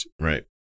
Right